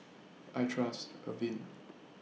I Trust Avene